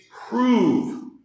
prove